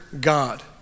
God